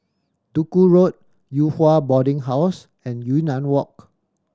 Duku Road Yew Hua Boarding House and Yunnan Walk